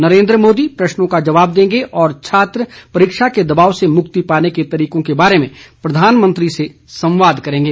नरेन्द्र मोदी प्रश्नों का जवाब देंगे और छात्र परीक्षा के दबाव से मुक्ति पाने के तरीकों के बारे में प्रधानमंत्री से संवाद करेंगे